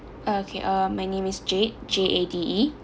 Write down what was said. okay uh my name is jade J A D E